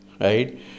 right